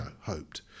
Hoped